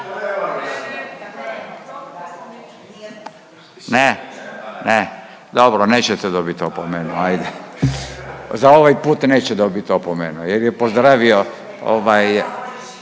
Ne, ne, dobro, nećete dobit opomenu ajde, za ovaj put neće dobit opomenu jel je pozdravio ovaj…